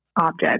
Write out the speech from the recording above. object